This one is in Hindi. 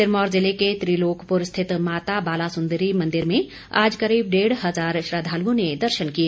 सिरमौर ज़िले के त्रिलोकपुर स्थित माता बालासुन्दरी मंदिर में आज करीब डेढ़ हजार श्रद्वालुओं ने दर्शन किए